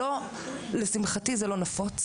לשמחתי זה לא נפוץ,